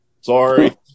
Sorry